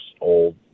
old